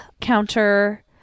counter